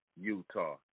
Utah